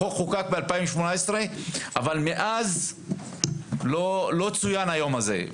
החוק חוקק ב-2018 אבל מאז לא צוין היום הזה,